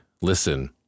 listen